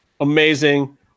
amazing